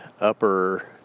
upper